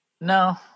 No